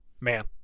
Man